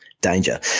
danger